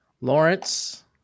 Lawrence